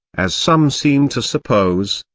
as some seem to suppose,